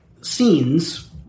scenes